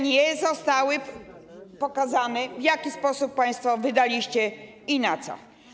Nie zostało pokazane, w jaki sposób państwo je wydaliście i na co.